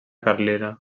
carlina